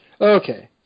Okay